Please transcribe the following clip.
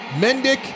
Mendick